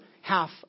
half